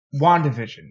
WandaVision